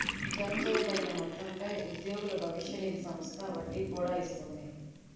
జమచేయబడిన మొత్తంపై ఉద్యోగుల భవిష్య నిధి సంస్థ వడ్డీ కూడా ఇస్తుంది